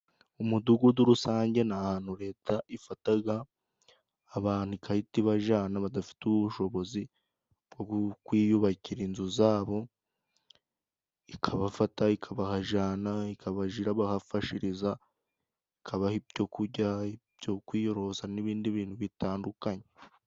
Umudugudu rusange ni ahantu Leta ifataga abantu, igahita ibajana badafite ubushobozi bwo kwiyubakira inzu zabo. Ikabafata ikabahajana ikaja irahabafashiriza, ikabaha ibyo kurya, ibyo kwiyorosa n'ibindi bintu bitandukanye.